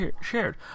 shared